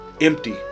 empty